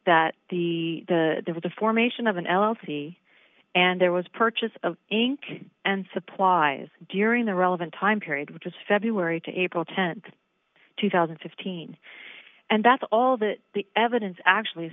that the the the formation of an l l c and there was purchase of ink and supplies during the relevant time period which is february to april th two thousand and fifteen and that's all that the evidence actually